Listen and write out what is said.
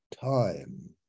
time